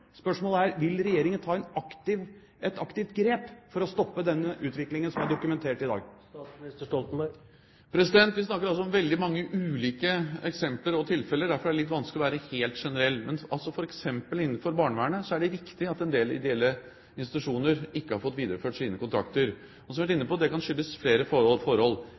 Spørsmålet er: Vil regjeringen ta et aktivt grep for å stoppe denne utviklingen som er dokumentert i dag? Vi snakker altså om veldig mange ulike eksempler og tilfeller, og derfor er det litt vanskelig å være helt generell. Men f.eks. innenfor barnevernet er det riktig at en del ideelle institusjoner ikke har fått videreført sine kontrakter. Som vi har vært inne på, kan det skyldes flere forhold. Ett forhold